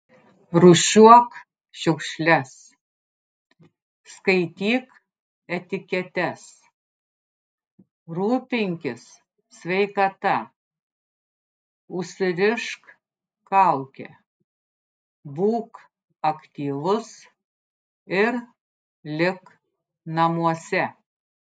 rūšiuok šiukšles skaityk etiketes rūpinkis sveikata užsirišk kaukę būk aktyvus ir lik namuose